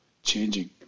changing